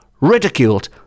ridiculed